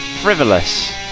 frivolous